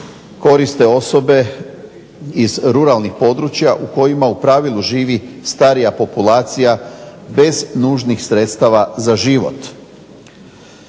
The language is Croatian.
koriste osobe iz ruralnih područja u kojima u pravilu živi starija populacija bez nužnih sredstava za život.